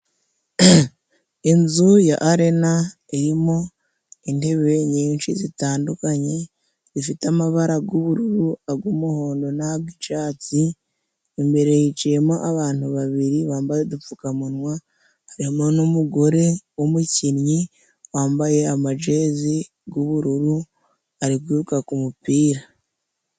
Inzu ya Arena irimo intebe nyinshi zitandukanye, zifite amabara y'ubururu, ay'umuhondo n'ayicatsi. Imbere hicayemo abantu babiri bambaye udupfukamunwa, harimo n'umugore w'umukinnyi, wambaye amajezi y'ubururu ari kwiruka ku mupira.